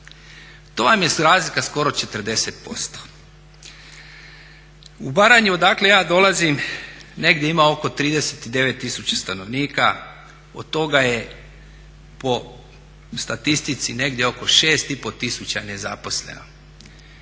To vam je razlika skoro 40%. U Baranji odakle ja dolazim negdje ima oko 39 tisuća stanovnika, od toga je po statistici negdje oko 6,5 tisuća nezaposleno.